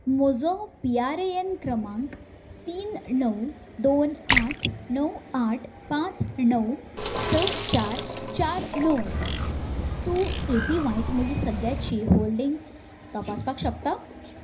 म्हजो पीआरएएन क्रमांक तीन णव दोन आठ णव आठ पांच णव स चार चार णव आसा तूं एपीव्हायत म्हजी सद्याची होल्डिंग्स तपासपाक शकता